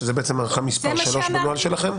שזוהי בעצם הארכה מספר שלוש בנוהל שלכם?